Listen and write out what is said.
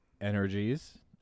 Energies